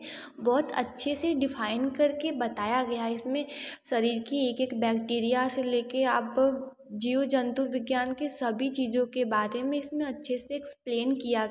बहुत अच्छे से डीफाइन करके बताया गया है इसमें शरीर की एक एक बैक्टीरिआ से लेकर आप जीव जंतु विज्ञान के सभी चीज़ों के बारे में इसमें अच्छे से एक्सप्लेन किया गया है